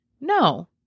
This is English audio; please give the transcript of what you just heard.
No